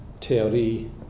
Theorie